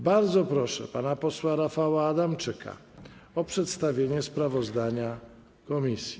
Bardzo proszę pana posła Rafała Adamczyka o przedstawienie sprawozdania komisji.